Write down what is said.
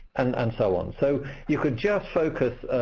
and and so on. so you could just focus